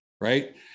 right